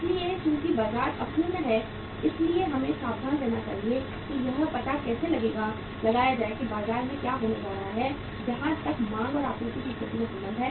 इसलिए चूंकि बाजार अपूर्ण है इसलिए हमें सावधान रहना चाहिए कि यह पता कैसे लगाया जाए कि बाजार में क्या होने जा रहा है जहां तक मांग और आपूर्ति की स्थिति का संबंध है